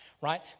Right